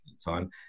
time